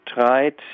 tried